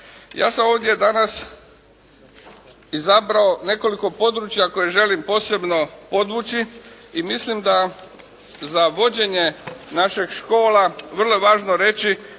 Ja sam ovdje danas izabrao nekoliko područja koja želim posebno podvući i mislim da za vođenje naših škola vrlo je važno reći